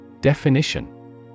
Definition